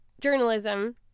journalism